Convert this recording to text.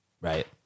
Right